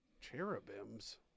Cherubims